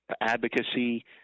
advocacy